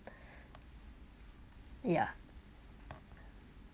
yeah